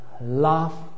love